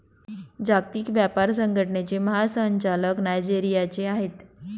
जागतिक व्यापार संघटनेचे महासंचालक नायजेरियाचे आहेत